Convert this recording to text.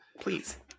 please